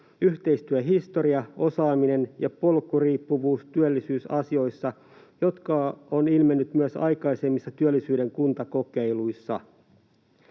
yhteistyöhistoria, osaaminen ja polkuriippuvuus työllisyysasioissa, mikä on ilmennyt myös aikaisemmissa työllisyyden kuntakokeiluissa.